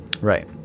Right